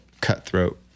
cutthroat